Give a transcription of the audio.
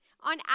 On